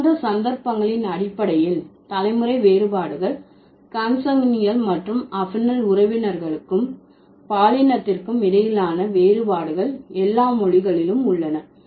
இதுபோன்ற சந்தர்ப்பங்களின் அடிப்படையில் தலைமுறை வேறுபாடுகள் கான்சாங்குனியல் மற்றும் அஃபினல் உறவினர்களுக்கும் பாலினத்திற்கும் இடையிலான வேறுபாடுகள் எல்லா மொழிகளிலும் உள்ளன